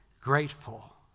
grateful